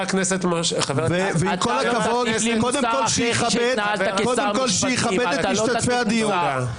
עם כל הכבוד, קודם כל שיכבד את משתתפי הדיון.